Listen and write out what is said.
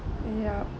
yup